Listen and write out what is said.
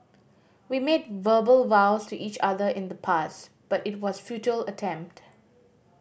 we made verbal vows to each other in the past but it was a futile attempt